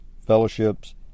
fellowships